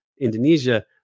Indonesia